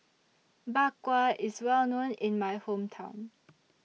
Bak Kwa IS Well known in My Hometown